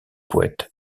poète